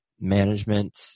Management